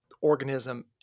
organism